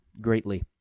greatly